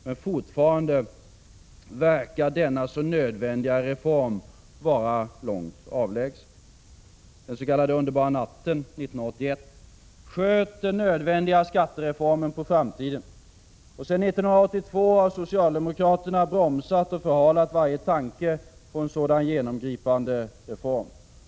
Men fortfarande verkar denna så nödvändiga reform vara långt avlägsen. Den s.k. underbara natten 1981 sköt den nödvändiga skattereformen på framtiden. Sedan 1982 har socialdemokraterna bromsat och förhalat varje tanke på en genomgripande reform.